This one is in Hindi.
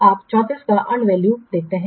तो आप 34 का अर्न वैल्यू देखते हैं